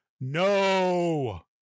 No